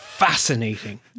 Fascinating